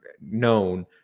known